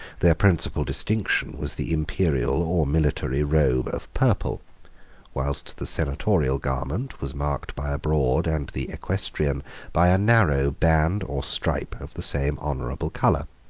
their principal distinction was the imperial or military robe of purple whilst the senatorial garment was marked by a broad, and the equestrian by a narrow, band or stripe of the same honorable color.